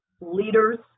leaders